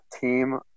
team